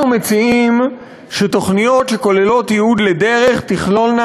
אנחנו מציעים שתוכניות שכוללות ייעוד לדרך תכלולנה